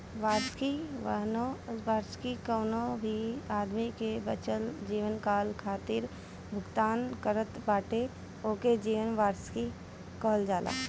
वार्षिकी कवनो भी आदमी के बचल जीवनकाल खातिर भुगतान करत बाटे ओके जीवन वार्षिकी कहल जाला